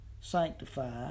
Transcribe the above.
sanctified